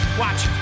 Watch